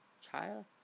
child